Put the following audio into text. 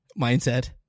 mindset